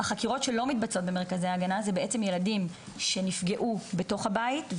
החקירות שלא מתבצעות במרכזי ההגנה זה ילדים שנפגעו בתוך הבית,